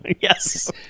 Yes